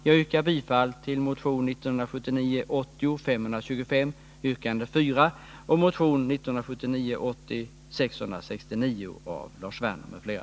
Jag yrkar bifall till motion 1979 80:669, båda väckta av Lars Werner m.fl.